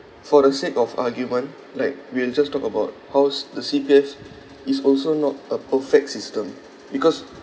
for the sake of argument like we'll just talk about how's the C_P_F is also not a perfect system because